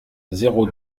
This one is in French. zéro